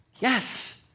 Yes